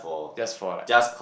just for like